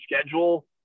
schedule